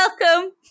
welcome